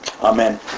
Amen